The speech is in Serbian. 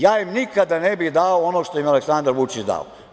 Ja im nikada ne bih dao ono što im je Aleksandar Vučić dao.